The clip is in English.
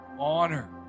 honor